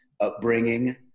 upbringing